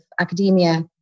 academia